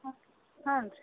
ಹಾಂ ಹಾನ್ರೀ